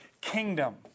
kingdom